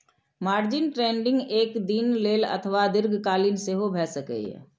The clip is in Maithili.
मार्जिन ट्रेडिंग एक दिन लेल अथवा दीर्घकालीन सेहो भए सकैए